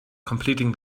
completing